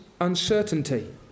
uncertainty